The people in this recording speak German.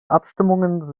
abstimmungen